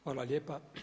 Hvala lijepa.